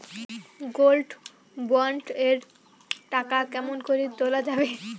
Gold bond এর টাকা কেমন করি তুলা যাবে?